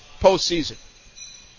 postseason